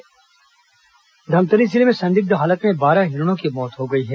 हिरण मौत धमतरी जिले में संदिग्ध हालत में बारह हिरणों की मौत हो गयी है